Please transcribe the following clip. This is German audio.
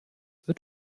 wird